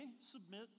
submit